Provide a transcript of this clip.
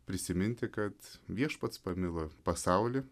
prisiminti kad viešpats pamilo pasaulį